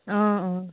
অঁ অঁ